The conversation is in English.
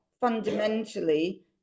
fundamentally